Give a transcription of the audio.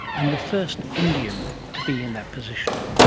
and the first indian to be in that position.